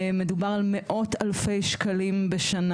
מדובר על מאות אלפי שקלים בשנה.